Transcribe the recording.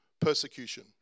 persecution